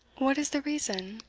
what is the reason,